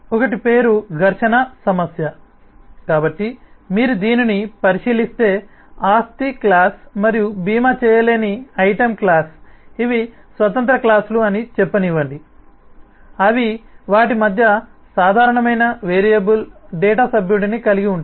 ఒకటి పేరు ఘర్షణ సమస్య కాబట్టి మీరు దీనిని పరిశీలిస్తే ఆస్తిక్లాస్ మరియు భీమా చేయలేని ఐటెమ్ క్లాస్ ఇవి స్వతంత్ర క్లాస్ లు అని చెప్పనివ్వండి అవి వాటి మధ్య సాధారణమైన వేరియబుల్ డేటా సభ్యుడిని కలిగి ఉంటాయి